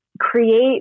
create